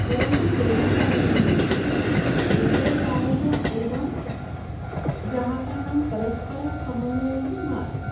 परन्तु तेन कारणेन विक्रेतृणाम् एवं ग्राहकानां परस्परः समन्वयः न आसीत्